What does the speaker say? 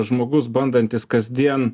žmogus bandantis kasdien